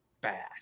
bad